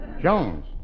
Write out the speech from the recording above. Jones